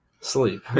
Sleep